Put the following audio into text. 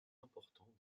importants